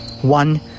One